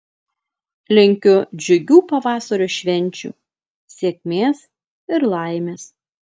linkiu džiugių pavasario švenčių sėkmės ir laimės